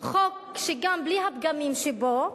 חוק שגם בלי הפגמים שבו,